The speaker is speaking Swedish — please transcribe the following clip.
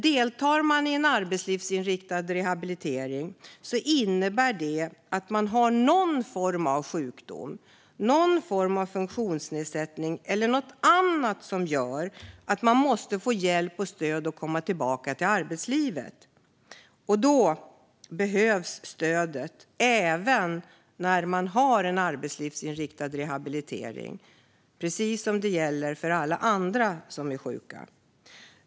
Deltar man i en arbetslivsinriktad rehabilitering innebär det att man har någon form av sjukdom, någon form av funktionsnedsättning eller något annat som gör att man måste få hjälp och stöd att komma tillbaka till arbetslivet. Då behövs stödet även när man har en arbetslivsinriktad rehabilitering, precis som för alla andra som är sjuka.